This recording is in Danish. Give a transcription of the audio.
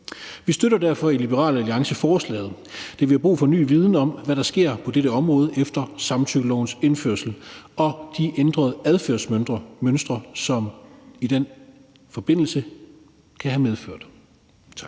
Vi støtter derfor i Liberal Alliance forslaget, da vi har brug for ny viden om, hvad der sker på dette område efter samtykkelovens indførelse og de ændrede adfærdsmønstre, som det i den forbindelse kan have medført. Tak.